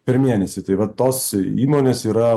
per mėnesį tai yra tos įmonės yra